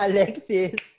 Alexis